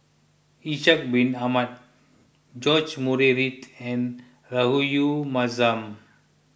Ishak Bin Ahmad George Murray Reith and Rahayu Mahzam